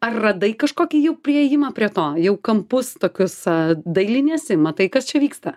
ar radai kažkokį jau priėjimą prie to jau kampus tokius dailiniesi matai kas čia vyksta